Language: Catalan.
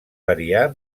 variar